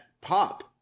pop